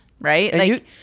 right